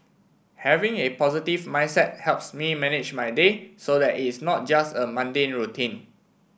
having a positive mindset helps me manage my day so that is not just a mundane routine